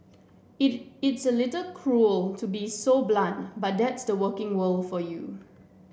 it it's a little cruel to be so blunt but that's the working world for you